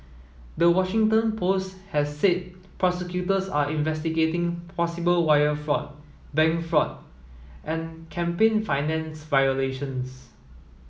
the Washington Post has said prosecutors are investigating possible wire fraud bank fraud and campaign finance violations